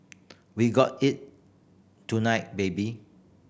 we got it tonight baby